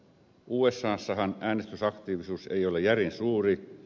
usassahan äänestysaktiivisuus ei ole järin suuri